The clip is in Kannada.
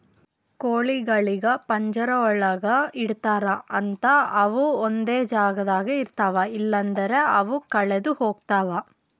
ಕೋಳಿಗೊಳಿಗ್ ಪಂಜರ ಒಳಗ್ ಇಡ್ತಾರ್ ಅಂತ ಅವು ಒಂದೆ ಜಾಗದಾಗ ಇರ್ತಾವ ಇಲ್ಲಂದ್ರ ಅವು ಕಳದೆ ಹೋಗ್ತಾವ